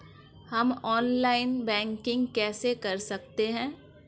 हम online banking कैसे कर सकते हैं?